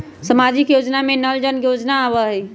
सामाजिक योजना में नल जल योजना आवहई?